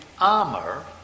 armor